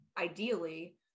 ideally